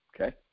Okay